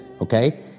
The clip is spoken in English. okay